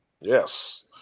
Yes